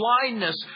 blindness